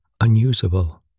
unusable